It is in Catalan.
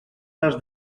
les